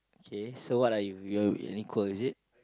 okay so what are you you are equal is it